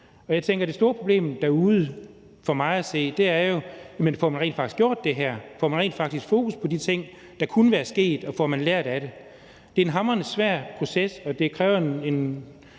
Jeg tænker, at det store problem derude for mig at se jo er, om man rent faktisk får gjort det her: Får man rent faktisk sat fokus på de ting, der kunne være sket, og får man lært af det? Det er en hamrende svær proces, og det kræver en